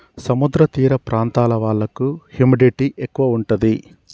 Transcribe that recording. సముద్ర తీర ప్రాంతాల వాళ్లకు హ్యూమిడిటీ ఎక్కువ ఉంటది